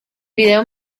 vídeo